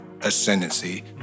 ascendancy